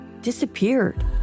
disappeared